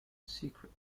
secret